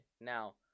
Now